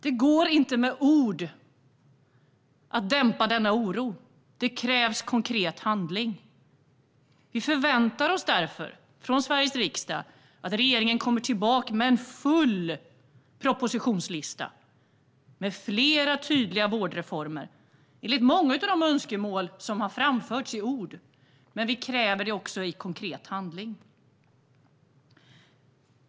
Det går inte att med ord dämpa denna oro. Det krävs konkret handling. Sveriges riksdag förväntar sig därför att regeringen återkommer med en full propositionslista med flera tydliga vårdreformer. Många önskemål har framförts i ord, men nu kräver vi konkret handling.